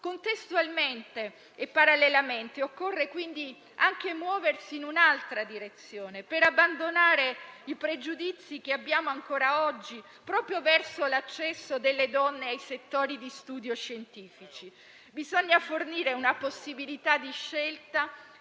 Contestualmente e parallelamente occorre muoversi anche in un'altra direzione per abbandonare i pregiudizi che abbiamo ancora oggi proprio verso l'accesso delle donne ai settori di studio scientifici. Bisogna fornire una possibilità di scelta